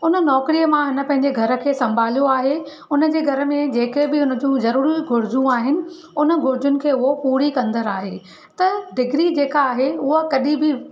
उन नौकिरी मां हिन पंहिंजे घरु खे संभालियो आहे उनजे घरु में जेके बि हुन जूं ज़रूरी हुनजी घुरिजनि आहिनि उन घुरिजनि खे हो पूरी कंदड़ आहे त डिग्री जेका आहे उहा कॾहिं बि